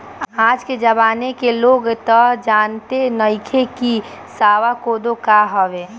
आज के जमाना के लोग तअ जानते नइखे की सावा कोदो का हवे